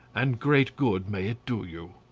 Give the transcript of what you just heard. and great good may it do you.